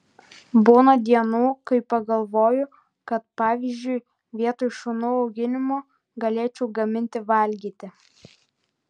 būna dienų kai pagalvoju kad pavyzdžiui vietoj šunų auginimo galėčiau gaminti valgyti